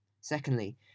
Secondly